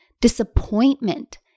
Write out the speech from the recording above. disappointment